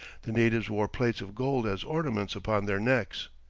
the natives wore plates of gold as ornaments upon their necks.